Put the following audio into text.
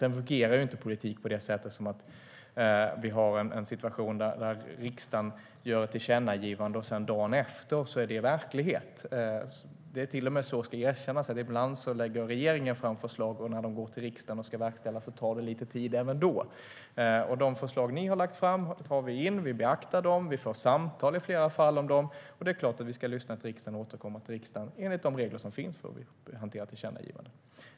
Sedan fungerar inte politik på det sättet att vi har en situation där riksdagen gör ett tillkännagivande och dagen efter är det verklighet. Det är till och med så ibland att när regeringen lägger fram förslag och de går till riksdagen för att verkställas tar det lite tid. De förslag som oppositionen har lagt fram tar vi in, vi beaktar dem, vi för i flera fall samtal om dem. Det är klart att vi ska lyssna på riksdagen och återkomma i enlighet med de regler som finns för att hantera tillkännagivanden.